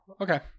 Okay